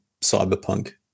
cyberpunk